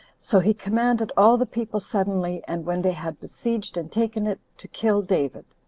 so he commanded all the people suddenly, and when they had besieged and taken it to kill david.